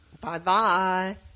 Bye-bye